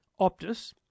Optus